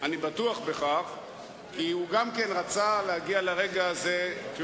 ואני מודיע לך, 15 דקות.